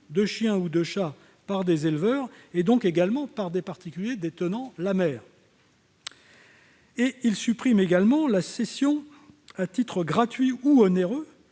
de chiens ou de chats par des éleveurs, donc également par des particuliers détenant la mère. De même, il supprime la cession, à titre gratuit ou onéreux,